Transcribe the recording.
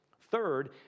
Third